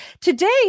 today